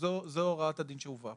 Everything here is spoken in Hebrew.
זו הוראת הדין שהובאה.